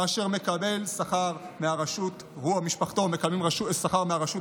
ואשר הוא או משפחתו מקבלים שכר מהרשות